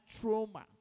trauma